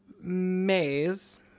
Maze